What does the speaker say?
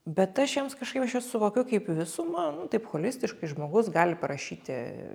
bet aš jiems kažkaip aš juos suvokiau kaip visumą nu taip holistiškai žmogus gali parašyti